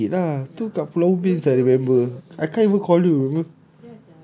ya the heat lah tu kat pulau ubin sia I remember I can't even call you